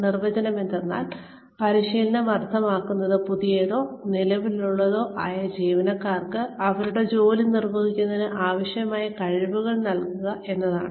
നിർവചനമെന്തെന്നാൽ പരിശീലനം അർത്ഥമാക്കുന്നത് പുതിയതോ നിലവിലുള്ളതോ ആയ ജീവനക്കാർക്ക് അവരുടെ ജോലി നിർവഹിക്കുന്നതിന് ആവശ്യമായ കഴിവുകൾ നൽകുക എന്നതാണ്